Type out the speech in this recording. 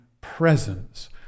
presence